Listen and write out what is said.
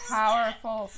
powerful